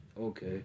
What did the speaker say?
Okay